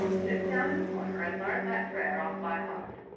sit down in the corner and learn that prayer off by heart.